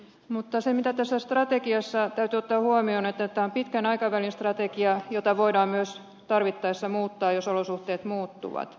mutta tässä strategiassa täytyy ottaa huomioon että tämä on pitkän aikavälin strategia jota voidaan myös tarvittaessa muuttaa jos olosuhteet muuttuvat